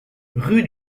rue